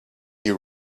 you